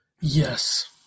Yes